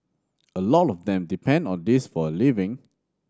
a lot of them depend on this for a living